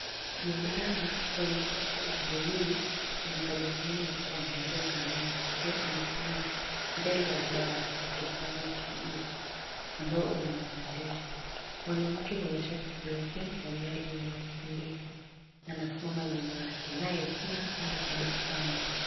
Mvulana mwenye shati la buluu anatabasamu na kuangalia kamera akiwa amesimama mbele ya ubao wa kijani kibichi ambao una maandishi. Mwanamke mwenye shati jeupe na nywele nyeusi ndefu, anasimama nyuma yake naye pia na anatabasamu.